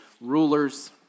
rulers